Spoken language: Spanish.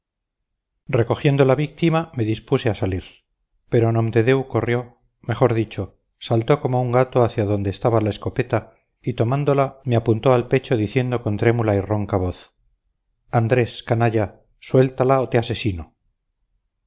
recogiendo la víctima me dispuse a salir pero nomdedeu corrió mejor dicho saltó como un gato hacia donde estaba la escopeta y tomándola me apuntó al pecho diciendo con trémula y ronca voz andrés canalla suéltala o te asesino